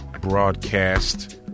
broadcast